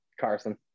Carson